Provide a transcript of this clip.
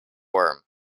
worm